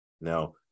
now